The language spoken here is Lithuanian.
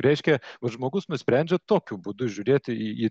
reiškia žmogus nusprendžia tokiu būdu žiūrėti į